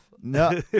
No